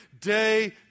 day